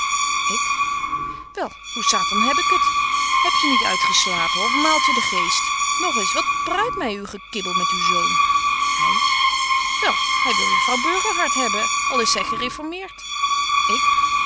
ik wel hoe satan heb ik het heb je niet uitgeslapen of maalt je de geest nog eens wat bruit my uw gekibbel met uw zoon hy wel hy wil juffrouw burgerhart hebben al is zy gereformeert